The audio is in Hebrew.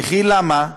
וכי למה?